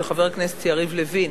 של חבר הכנסת יריב לוין,